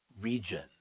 region